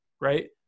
right